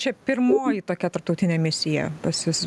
čia pirmoji tokia tarptautinė misija pas jus